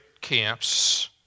camps